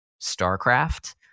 StarCraft